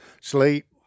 sleep